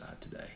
today